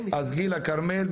גילה כרמל,